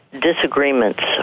disagreements